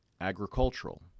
Agricultural